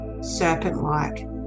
serpent-like